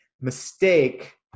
mistake